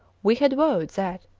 we had vowed that,